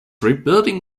rebuilding